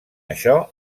això